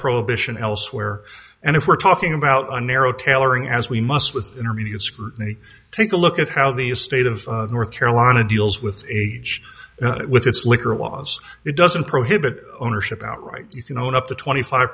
prohibition elsewhere and if we're talking about a narrow tailoring as we must with intermediate scrutiny take a look at how the state of north carolina deals with age with its liquor laws it doesn't prohibit ownership outright you can own up to twenty five